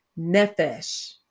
Nefesh